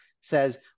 says